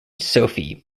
sophie